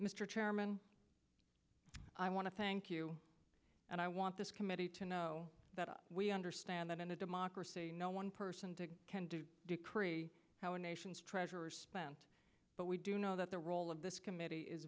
mr chairman i want to thank you and i want this committee to know that we understand that in a democracy no one person to decree how a nation's treasurers spent but we do know that the role of this committee is